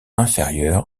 inférieure